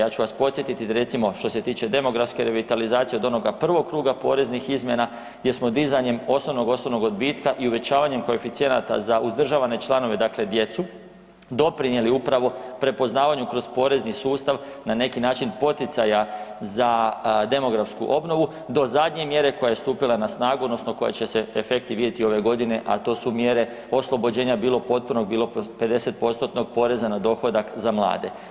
Ja ću vas podsjetiti recimo što se tiče demografske revitalizacije od onoga prvog kruga poreznih izmjena gdje smo dizanjem osnovnog osobnog odbitka i uvećavanjem koeficijenata za uzdržavane članove dakle djecu, doprinijeli upravo prepoznavanju kroz porezni sustav na neki način poticaja za demografsku obnovu do zadnje mjere koja je stupila na snagu odnosno koje će se efekti vidjeti ove godine, a to su mjere oslobođenja bilo potpunog bilo 50%-tnog poreza na dohodak za mlade.